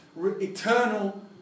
eternal